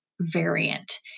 variant